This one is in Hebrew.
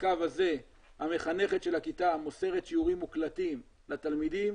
בקו הזה המחנכת של הכיתה מוסרת שיעורים מוקלטים לתלמידים.